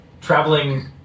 traveling